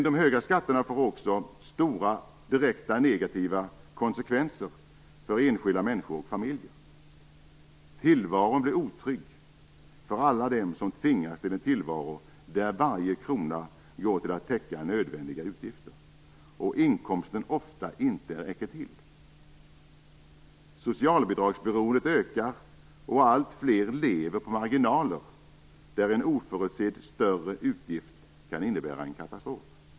De höga skatterna får också stora direkta negativa konsekvenser för enskilda människor och familjer. Tillvaron blir otrygg för alla dem som tvingas till en tillvaro där varje krona går till att täcka nödvändiga utgifter och där inkomsten ofta inte räcker till. Socialbidragsberoendet ökar, och alltfler lever med marginaler som innebär att en oförutsedd större utgift kan innebära en katastrof.